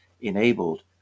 enabled